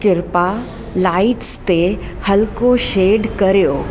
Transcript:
किरपा लाइट्स ते हल्को शेड करियो